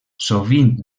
sovint